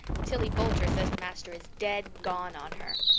tillie boulter says the master is dead gone on her.